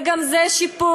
וגם זה שיפור,